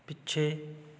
ਪਿੱਛੇ